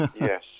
Yes